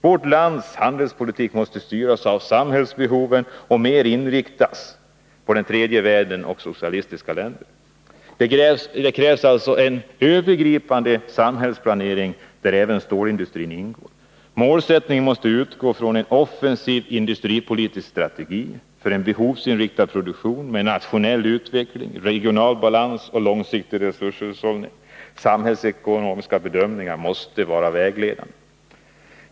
Vårt lands handelspolitik måste styras av samhällsbehoven och mer inriktas på tredje världen och socialistiska länder. Det krävs alltså en övergripande samhällsplanering, där även stålindustrin ingår. Målsättningen måste utgå från en offensiv industripolitisk strategi för 49 en behovsinriktad produktion med nationell utveckling, regional balans och långsiktig resurshushållning. Samhällsekonomiska bedömningar måste vara vägledande.